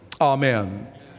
Amen